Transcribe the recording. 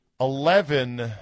Eleven